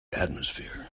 atmosphere